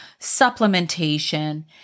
supplementation